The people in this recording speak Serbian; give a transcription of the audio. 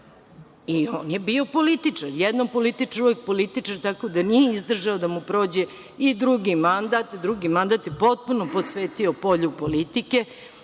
on je bio političar. Jednom političar, uvek političar. Tako da, nije izdržao da mu prođe i drugi mandat. Drugi mandat je potpuno posvetio polju politike